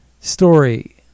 story